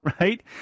Right